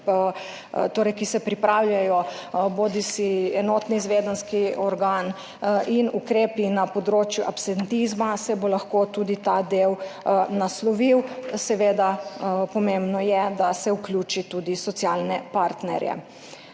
ki se pripravljajo, bodisi enotni izvedenski organ in ukrepi na področju absentizma, se bo lahko tudi ta del naslovil. Seveda je pomembno, da se vključi tudi socialne partnerje.